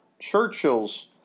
Churchill's